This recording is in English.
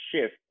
shift